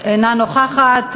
אינה נוכחת.